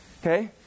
Okay